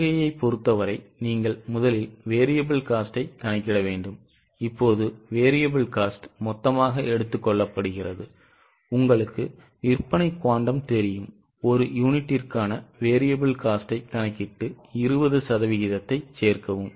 சலுகையைப் பொறுத்தவரை நீங்கள் முதலில் variable cost ஐ கணக்கிட வேண்டும் இப்போது variable cost மொத்தமாக எடுத்துக் கொள்ளப்படுகிறது உங்களுக்கு விற்பனை குவாண்டம் தெரியும் ஒரு யூனிட்டிற்கான variable cost ஐ கணக்கிட்டு 20 சதவிகிதத்தைச் சேர்க்கவும்